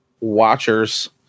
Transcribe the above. watchers